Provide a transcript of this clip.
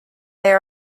they